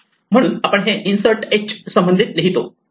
म्हणून आपण हे इन्सर्ट h संबंधित लिहितो